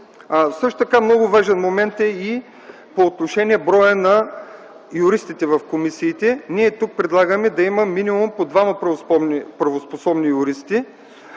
хора. Много важен момент е и броят на юристите в комисиите. Ние предлагаме да има минимум по двама правоспособни юристи